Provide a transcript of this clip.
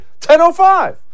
10.05